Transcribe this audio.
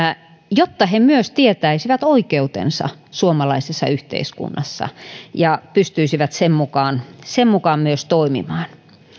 jotta he myös tietäisivät oikeutensa suomalaisessa yhteiskunnassa ja pystyisivät sen mukaan sen mukaan myös toimimaan